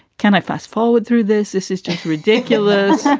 can i fast forward through this? this is just ridiculous